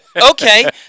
okay